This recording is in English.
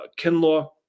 Kinlaw